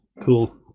Cool